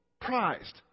prized